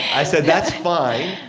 i said, that's fine.